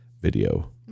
video